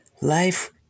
Life